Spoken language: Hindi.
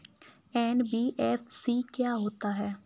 एन.बी.एफ.सी क्या होता है?